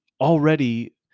already